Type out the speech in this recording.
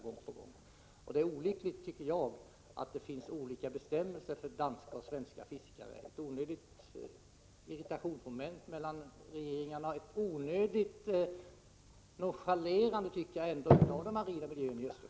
Jag tycker det är olyckligt att det finns olika bestämmelser för danska och svenska fiskare. Det är ett onödigt irritationsmoment mellan regeringarna och innebär ett onödigt nonchalerande av den marina miljön i Östersjön.